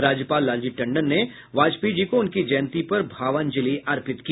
राज्यपाल लालजी टंडन ने वाजपेयी जी को उनकी जयंती पर भावांजलि अर्पित की